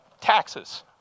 taxes